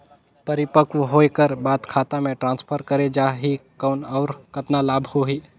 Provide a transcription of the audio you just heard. परिपक्व होय कर बाद खाता मे ट्रांसफर करे जा ही कौन और कतना लाभ होही?